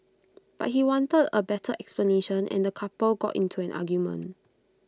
but he wanted A better explanation and the couple got into an argument